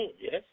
yes